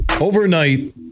overnight